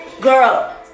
girl